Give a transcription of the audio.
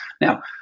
Now